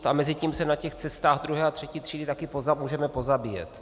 A mezitím se na těch cestách druhé a třetí třídy taky můžeme pozabíjet.